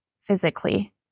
physically